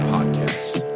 Podcast